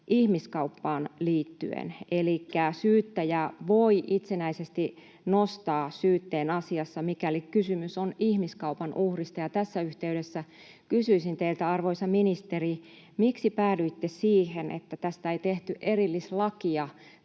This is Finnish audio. ihmiskauppaan liittyen elikkä syyttäjä voi itsenäisesti nostaa syytteen asiassa, mikäli kysymys on ihmiskaupan uhrista. Tässä yhteydessä kysyisin teiltä, arvoisa ministeri, miksi päädyitte siihen, että tästä ei tehty erillislakia,